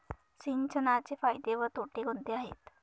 सिंचनाचे फायदे व तोटे कोणते आहेत?